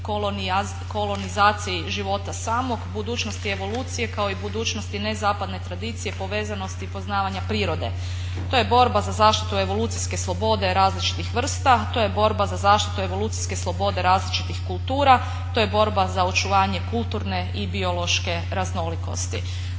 kolonizaciji života samog, budućnosti evolucije kao i budućnosti nezapadne tradicije povezanosti i poznavanja prirode. To je borba za zaštitu evolucijske slobode različitih vrsta, to je borba za zaštitu evolucijske slobode različitih kultura, to je borba za očuvanje kulturne i biološke raznolikosti.